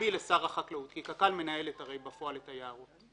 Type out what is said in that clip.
במקביל לשר החקלאות כי קק"ל מנהלת בפועל את היערות.